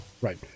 Right